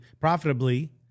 profitably